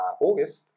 August